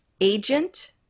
agent